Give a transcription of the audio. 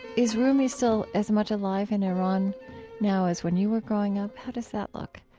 is rumi still as much alive in iran now as when you were growing up? how does that look?